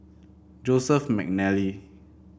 Joseph McNally